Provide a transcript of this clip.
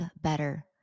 better